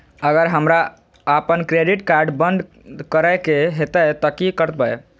अगर हमरा आपन क्रेडिट कार्ड बंद करै के हेतै त की करबै?